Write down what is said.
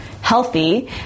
healthy